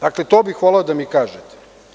Dakle, to bih voleo da mi kažete.